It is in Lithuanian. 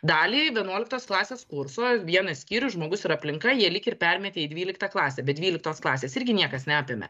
dalį vienuoliktos klasės kurso vieną skyrių žmogus ir aplinka jie lyg ir permetė į dvyliktą klasę bet dvyliktos klasės irgi niekas neapėmė